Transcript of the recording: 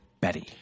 betty